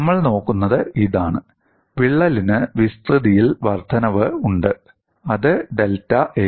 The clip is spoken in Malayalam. നമ്മൾ നോക്കുന്നത് ഇതാണ് വിള്ളലിന് വിസ്തൃതിയിൽ വർദ്ധനവ് ഉണ്ട് അത് ഡെൽറ്റ A